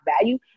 value